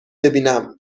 ببینم